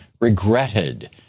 regretted